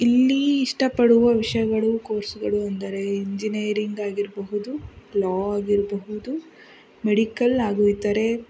ಇಲ್ಲಿ ಇಷ್ಟಪಡುವ ವಿಷಯಗಳು ಕೋರ್ಸ್ಗಳು ಅಂದರೆ ಇಂಜಿನಿಯರಿಂಗ್ ಆಗಿರಬಹುದು ಲಾ ಆಗಿರಬಹುದು ಮೆಡಿಕಲ್ ಹಾಗೂ ಇತರೆ